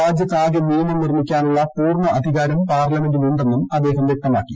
രാജ്യത്താകെ നിയമം നിർമ്മിക്കാനുളള പൂർണ അധികാരം പാർലമെന്റിനുണ്ടെന്നും അദ്ദേഹം വ്യക്തമാക്കി